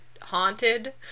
haunted